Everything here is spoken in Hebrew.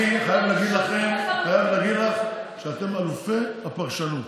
אני חייב להגיד לך שאתם אלופי הפרשנות.